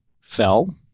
fell